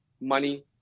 money